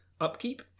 Upkeep